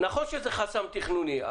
נכון שזה חסם תכנוני,